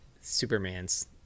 superman's